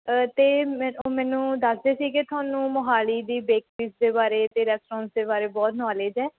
ਅਤੇ ਮੈਂ ਉਹ ਮੈਨੂੰ ਦੱਸਦੇ ਸੀ ਕਿ ਤੁਹਾਨੂੰ ਮੋਹਾਲੀ ਦੀ ਬੇਕਰੀਜ਼ ਦੇ ਬਾਰੇ ਅਤੇ ਰੈਸਟੋਰੈਂਟ ਦੇ ਬਾਰੇ ਬਹੁਤ ਨੌਲਿਜ਼ ਹੈ